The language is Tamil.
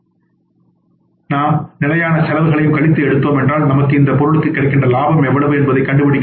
இருந்து நாம் நிலையான செலவுகளையும் கழித்து எடுத்தோம் என்றால் நமக்கு இந்தப் பொருளால் கிடைக்கின்ற லாபம் எவ்வளவு என்பதை கண்டுபிடிக்க முடியும்